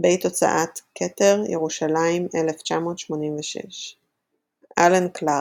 בית הוצאה כתר, ירושלים, 1986. אלן קלרק,